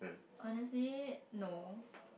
honestly no